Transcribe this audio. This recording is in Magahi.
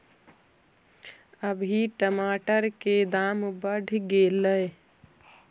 अभी टमाटर के दाम बढ़ गेलइ